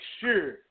sure